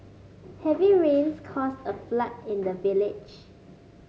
heavy rains caused a flood in the village